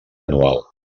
anual